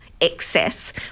excess